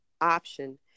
option